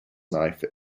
knife